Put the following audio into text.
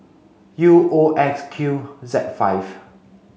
U O X Q Z five